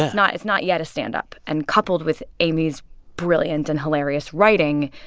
it's not it's not yet a stand-up. and coupled with amy's brilliant and hilarious writing,